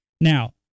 Now